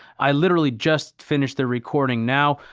i literally just finished the recording now.